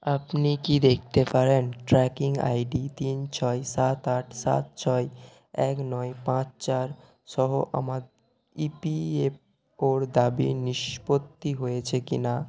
আপনি কি দেখতে পারেন ট্র্যাকিং আইডি তিন ছয় সাত আট সাত ছয় এক নয় পাঁচ চার সহ আমার ইপিএফওর দাবি নিষ্পত্তি হয়েছে কিনা